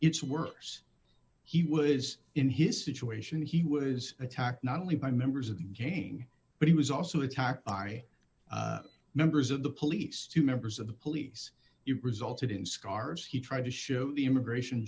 it's worse he was in his situation he was attacked not only by members of the game but he was also attacked by members of the police to members of the police it resulted in scars he tried to show the immigration